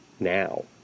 Now